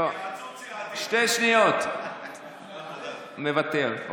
שתי שניות, מוותר.